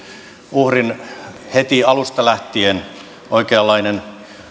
uhrin heti alusta lähtien oikeanlainen